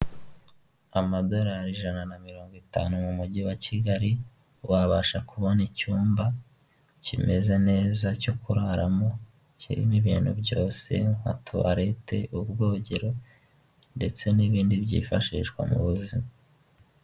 Amadolari ijana na mirongo itanu mu mujyi wa Kigali wabasha kubona icyumba kimeze neza cyo kuraramo, kirimo ibintu byose nka tuwalete, ubwogero ndetse n'ibindi byifashishwa mu buzima.